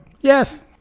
yes